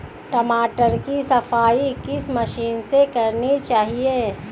टमाटर की सफाई किस मशीन से करनी चाहिए?